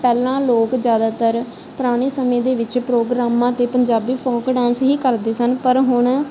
ਪਹਿਲਾਂ ਲੋਕ ਜ਼ਿਆਦਤਰ ਪੁਰਾਣੇ ਸਮੇਂ ਦੇ ਵਿੱਚ ਪ੍ਰੋਗਰਾਮਾਂ 'ਤੇ ਪੰਜਾਬੀ ਫੋਕ ਡਾਂਸ ਹੀ ਕਰਦੇ ਸਨ ਪਰ ਹੁਣ